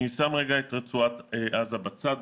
אני שם רגע את רצועת עזה בצד.